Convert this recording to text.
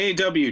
AW